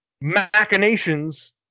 machinations